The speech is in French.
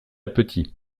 petit